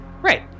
Great